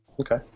Okay